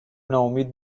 ناامید